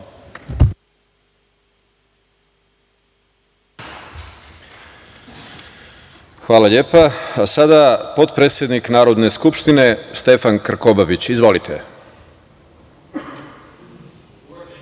Hvala lepo. Reč ima potpredsednik Narodne skupštine Stefan Krkobavić. Izvolite.